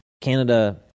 Canada